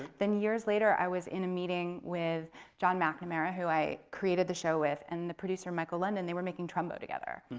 then years later i was in a meeting with john mcnamara, who i created the show with, and the producer michael london, they were making trumbo together.